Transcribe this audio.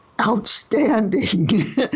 outstanding